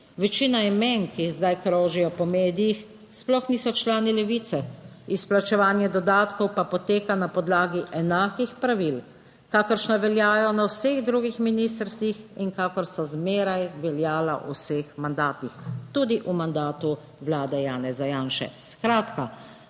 Večina imen, ki zdaj krožijo po medijih, sploh niso člani Levice. Izplačevanje dodatkov pa poteka na podlagi enakih pravil, kakršna veljajo na vseh drugih ministrstvih in kakor so zmeraj veljala v vseh mandatih, tudi v mandatu vlade Janeza Janše.